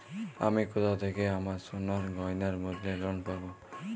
আমি কোথা থেকে আমার সোনার গয়নার বদলে লোন পাবো?